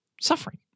suffering